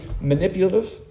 manipulative